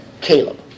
Caleb